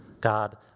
God